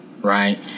right